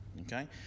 Okay